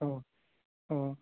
অঁ অঁ